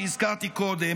שהזכרתי קודם,